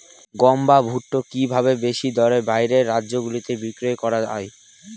গম বা ভুট্ট কি ভাবে বেশি দরে বাইরের রাজ্যগুলিতে বিক্রয় করা য়ায়?